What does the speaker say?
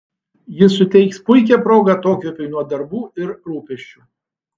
ji suteiks puikią progą atokvėpiui nuo darbų ir rūpesčių